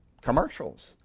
commercials